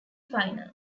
final